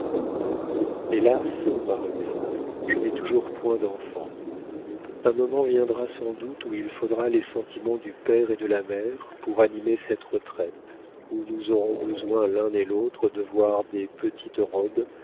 hélas ma renée je n'ai toujours point d'enfants un moment viendra sans doute où il faudra les sentiments du père et de la mère pour animer cette retraite où nous aurons besoin l'un et l'autre de voir des petites robes